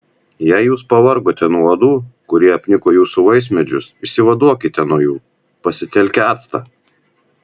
jei jūs pavargote nuo uodų kurie apniko jūsų vaismedžius išsivaduokite nuo jų pasitelkę actą